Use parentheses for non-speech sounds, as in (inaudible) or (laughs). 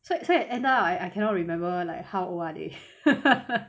so so I ended up I I cannot remember like how old are they (laughs)